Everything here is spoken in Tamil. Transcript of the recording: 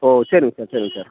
ஓ சரிங்க சார் சரிங்க சார்